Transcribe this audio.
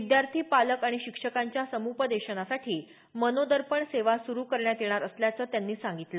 विद्यार्थी पालक आणि शिक्षकांच्या सम्पदेशनासाठी मनोदर्पण सेवा सुरु करण्यात येणार असल्याचं त्यांनी सांगितलं